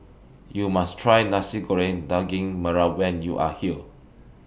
YOU must Try Nasi Goreng Daging Merah when YOU Are here